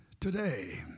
today